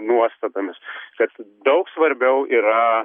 nuostatomis kad daug svarbiau yra